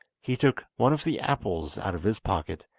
he took one of the apples out of his pocket,